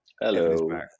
Hello